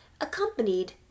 accompanied